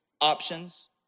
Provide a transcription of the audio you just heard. options